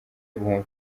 bumva